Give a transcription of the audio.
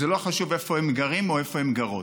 זה לא חשוב איפה הם גרים או איפה הן גרות.